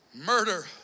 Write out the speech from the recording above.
Murder